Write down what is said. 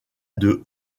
deux